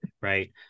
right